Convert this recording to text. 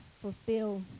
fulfill